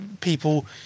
people